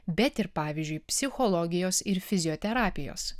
bet ir pavyzdžiui psichologijos ir fizioterapijos